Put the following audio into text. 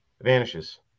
vanishes